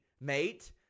mate